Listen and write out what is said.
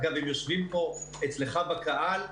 אגב הם יושבים פה אצלך בקהל,